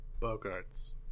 Bogarts